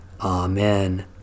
Amen